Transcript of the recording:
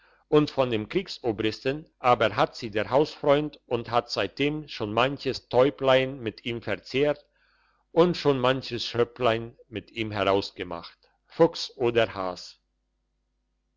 und von dem kriegsobristen aber hat sie der hausfreund und hat seitdem schon manches täublein mit ihm verzehrt und schon manches schöpplein mit ihm herausgemacht fuchs oder has